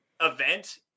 event